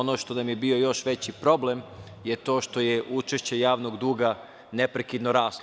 Ono što nam je bio još veći problem je to što je učešće javnog duga neprekidno raslo.